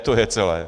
To je celé.